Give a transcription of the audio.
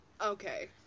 Okay